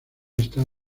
está